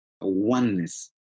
oneness